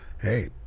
hey